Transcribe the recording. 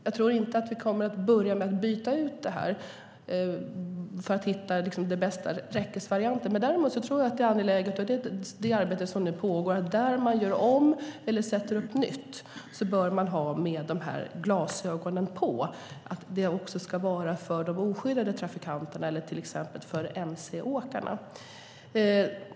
Jag tror inte att vi kommer att börja med att byta ut räcken för att hitta den bästa räckesvarianten. Däremot tror jag att det är angeläget - och detta är ett arbete som nu pågår - att man där man gör om eller sätter upp nytt bör ha i åtanke att det också ska vara för de oskyddade trafikanterna och till exempel för mc-åkarna.